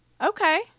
Okay